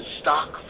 stock